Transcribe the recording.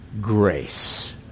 grace